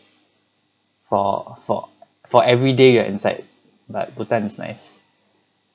for for for everyday you are inside but bhutan is nice